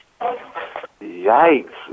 Yikes